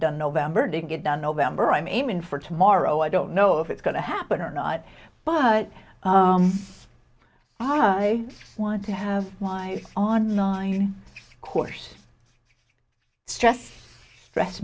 done november to get done november i'm aiming for tomorrow i don't know if it's going to happen or not but oh i want to have my online course stress stress